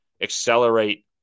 accelerate